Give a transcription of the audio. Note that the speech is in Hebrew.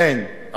אין.